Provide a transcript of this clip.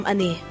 Ani